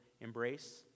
embrace